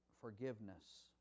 forgiveness